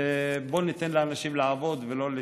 בוא ניתן לאנשים לעבוד ולא להתעסק,